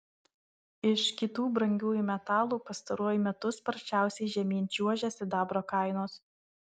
iš kitų brangiųjų metalų pastaruoju metu sparčiausiai žemyn čiuožia sidabro kainos